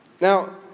Now